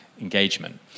engagement